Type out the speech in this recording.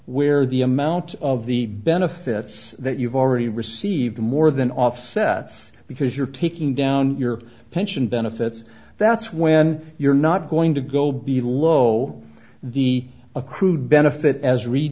where the amount of the benefits that you've already received more than offset because you're taking down your pension benefits that's when you're not going to go be low the accrued benefit as re